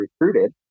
recruited